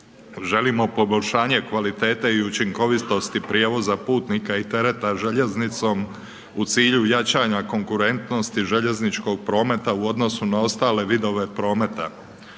Želimo poboljšanje kvalitete i učinkovitosti prijevoza putnika i tereta željeznicom u cilju jačanja konkurentnosti željezničkog prometa u odnosu na ostale vidove prometa.